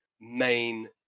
main